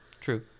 true